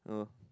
oh